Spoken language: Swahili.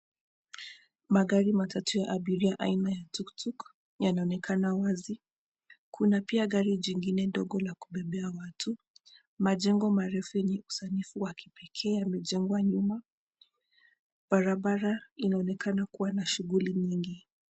Magari matatu ya abiria ya aina ya tuk tuk yanaonekana wazi, kuna pia gari jengine dogo la kubebea watu, majengo marefu yenye usanifu wakipekee yamejengwa nyuma, barabara inaonekana kuwa na shughuli nyingi.